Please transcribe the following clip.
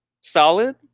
solid